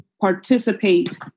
participate